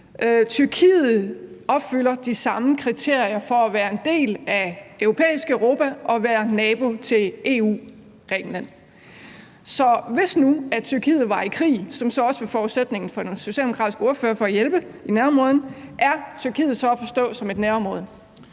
Tyrkiet opfylder de samme kriterier for at være en del af Europa og for at være nabo til EU, altså til Grækenland. Så hvis nu Tyrkiet var i krig – hvilket var forudsætningen for den socialdemokratiske ordfører for at hjælpe i nærområdet – ville Tyrkiet så være at forstå som et nærområde?